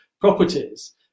properties